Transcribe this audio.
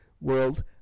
world